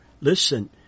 Listen